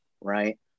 right